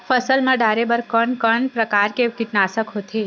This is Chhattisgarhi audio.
फसल मा डारेबर कोन कौन प्रकार के कीटनाशक होथे?